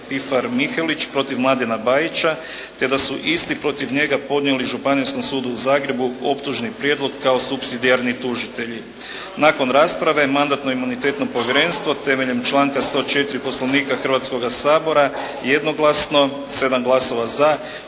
Pifar Mihelić protiv Mladena Bajića te da su isti protiv njega podnijeli Županijskom sudu u Zagrebu optužni prijedlog kao supsidijarni tužitelji. Nakon rasprave mandatno-imunitetno povjerenstvo temeljem članka 104. Poslovnika Hrvatskoga sabora jednoglasno, 7 glasova za